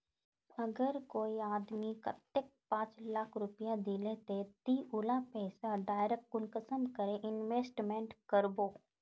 अगर कोई आदमी कतेक पाँच लाख रुपया दिले ते ती उला पैसा डायरक कुंसम करे इन्वेस्टमेंट करबो?